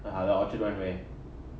ah the orchard one where